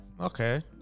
Okay